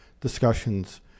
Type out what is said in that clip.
discussions